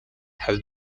have